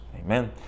amen